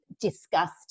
discussed